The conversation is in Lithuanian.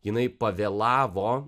jinai pavėlavo